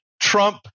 Trump